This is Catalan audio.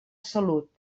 salut